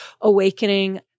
awakening